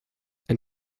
and